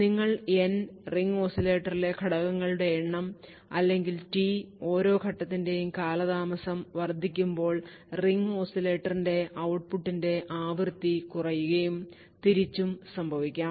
നിങ്ങൾ n ring ഓസിലേറ്ററിലെ ഘട്ടങ്ങളുടെ എണ്ണം അല്ലെങ്കിൽ t ഓരോ ഘട്ടത്തിന്റെയും കാലതാമസം വർദ്ധിപ്പിക്കുമ്പോൾ റിംഗ് ഓസിലേറ്ററിന്റെ ഔട്ട്പുട്ടിന്റെ ആവൃത്തി കുറയുകയും തിരിച്ചും സംഭവിക്കാം